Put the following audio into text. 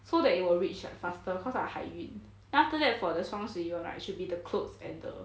so that it will reach like faster cause I 海运 then after that for the 双十一 [one] right should be like the clothes and the